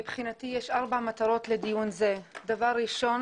מבחינתי יש ארבע מטרות לדיון זה: דבר ראשון